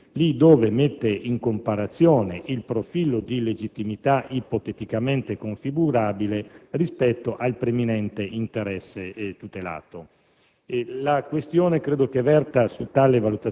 illegittima nella condotta degli indagati là dove mette in comparazione il profilo di illegittimità ipoteticamente configurabile rispetto al preminente interesse tutelato.